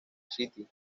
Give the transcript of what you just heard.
city